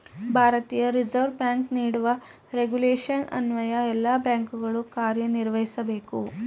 ಭಾರತೀಯ reserve bank ನೀಡುವ regulation ಅನ್ವಯ ಎಲ್ಲ ಬ್ಯಾಂಕುಗಳು ಕಾರ್ಯನಿರ್ವಹಿಸಬೇಕು